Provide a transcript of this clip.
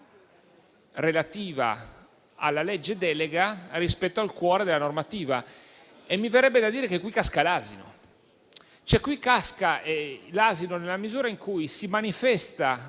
relativa alla legge delega rispetto al cuore della normativa. Mi verrebbe da dire che qui casca l'asino, nella misura in cui si manifesta